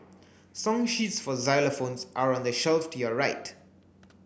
song sheets for xylophones are on the shelf to your right